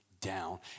down